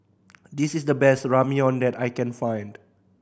this is the best Ramyeon that I can find